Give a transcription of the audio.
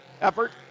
effort